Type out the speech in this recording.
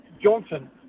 Johnson